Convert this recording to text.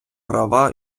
права